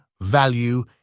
value